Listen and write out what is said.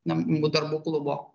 namų darbų klubo